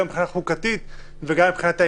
גם מבחינה חוקתית וגם מבחינת העניין.